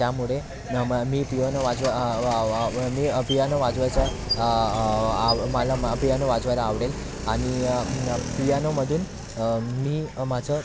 त्यामुळे मी पियानो वाजवा वां वां मी पियानो वाजवायचा मला पियानो वाजवायला आवडेल आणि पियानोमधून मी माझं